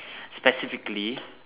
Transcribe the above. specifically